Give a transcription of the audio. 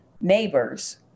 neighbors